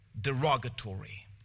derogatory